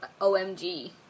OMG